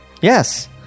Yes